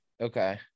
Okay